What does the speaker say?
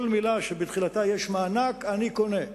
כל ביטוי שבתחילתו יש "מענק", אני קונה.